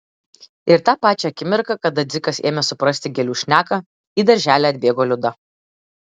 ir tą pačią akimirką kada dzikas ėmė suprasti gėlių šneką į darželį atbėgo liuda